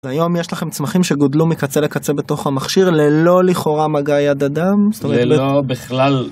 היום יש לכם צמחים שגודלו מקצה לקצה בתוך המכשיר ללא לכאורה מגע יד אדם. ללא בכלל.